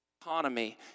economy